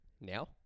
now